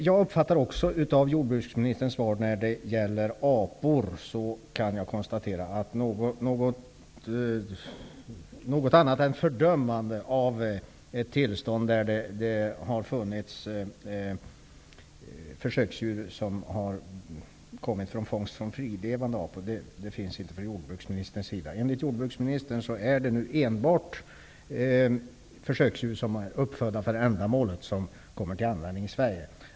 jag uppfattar av jordbruksministerns svar i fråga om försöksdjur att han fördömer användandet av apor som tidigare varit fria. Enligt jordbruksministern är det nu enbart djur som är uppfödda för ändamålet som kommer till användning i Sverige.